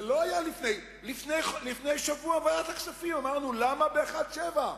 לפני שבוע אמרנו בוועדת הכספים: למה ב-1.7?